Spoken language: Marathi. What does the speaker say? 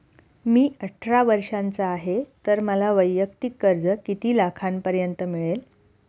मी अठरा वर्षांचा आहे तर मला वैयक्तिक कर्ज किती लाखांपर्यंत मिळेल?